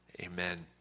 Amen